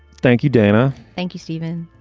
thank you, dana. thank you, stephen